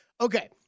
Okay